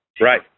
Right